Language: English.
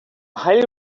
highly